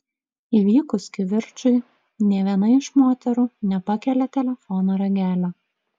įvykus kivirčui nė viena iš moterų nepakelia telefono ragelio